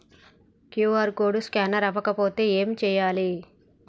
QR code scanner అవ్వకపోతే ఏం చేయాలి?